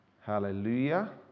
Hallelujah